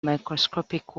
microscopic